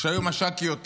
שהיו מש"קיות ת"ש,